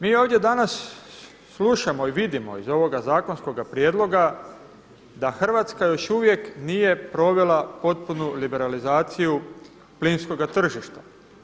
Mi ovdje danas slušamo i vidimo iz ovoga zakonskoga prijedloga da Hrvatska još uvijek nije provela potpunu liberalizaciju plinskoga tržišta.